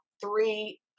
three